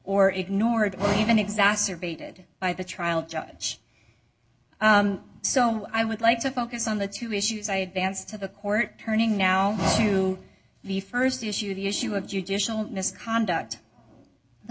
or ignored even exacerbated by the trial judge so i would like to focus on the two issues i advanced to the court turning now to the st issue the issue of judicial misconduct the